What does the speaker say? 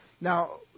Now